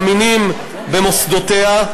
מאמינים במוסדותיה,